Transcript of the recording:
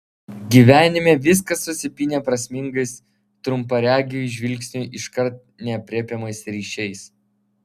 gyvenime viskas susipynę prasmingais trumparegiui žvilgsniui iškart neaprėpiamais ryšiais